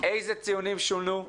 איזה ציונים שונו,